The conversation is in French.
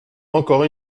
encore